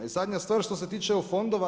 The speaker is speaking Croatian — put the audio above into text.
I zadnja stvar što se tiče EU fondova.